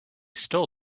stole